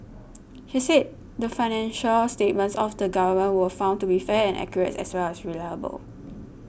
he said the financial statements of the Government were found to be fair and accurate as well as reliable